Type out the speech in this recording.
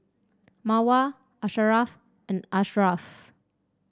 Mawar Asharaff and Ashraff